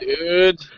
dude